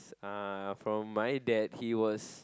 uh from my dad he was